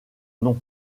nom